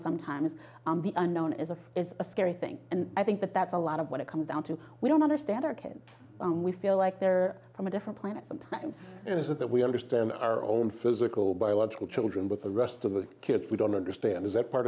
sometimes the unknown is a is a scary thing and i think that that's a lot of what it comes down to we don't understand our kids and we feel like they're from a different planet sometimes is that we understand our own physical biological children but the rest of the kids we don't understand that part